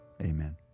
Amen